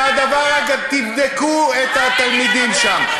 זה הדבר, תבדקו את התלמידים שם.